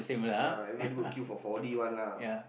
yeah everybody go queue for four D [one] lah